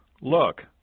Look